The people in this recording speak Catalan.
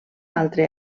altre